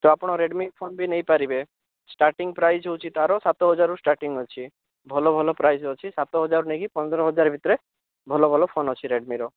ତ ଆପଣ Redmi phone ବି ନେଇ ପାରିବେ ଷ୍ଟାର୍ଟିଙ୍ଗ ପ୍ରାଇସ୍ ହେଉଛି ତାର ସାତ ହଜାରରୁ ଷ୍ଟାର୍ଟିଙ୍ଗ ଅଛି ଭଲ ଭଲ ପ୍ରାଇସ୍ ଅଛି ସାତ ହଜାର ନେଇକି ପନ୍ଦର ହଜାର ଭିତରେ ଭଲ ଭଲ ଫୋନ ଅଛି ରେଡ଼ମିର